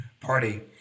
Party